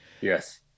Yes